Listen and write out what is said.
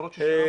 למרות ששאלנו.